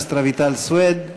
הכנסת רויטל סויד.